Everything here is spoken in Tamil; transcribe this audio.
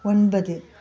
ஒன்பது